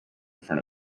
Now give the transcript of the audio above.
front